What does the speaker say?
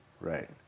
Right